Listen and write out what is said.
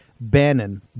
Bannon